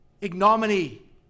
ignominy